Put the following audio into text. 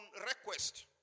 request